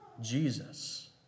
Jesus